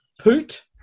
poot